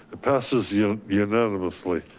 it passes you unanimously.